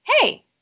hey